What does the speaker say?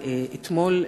אתמול,